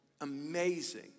amazing